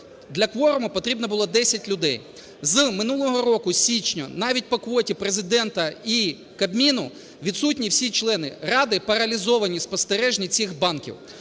Для кворуму потрібно було 10 людей. З минулого року, з січня, навіть по квоті Президента і Кабміну, відсутні всі члени, ради паралізовані спостережні цих банків.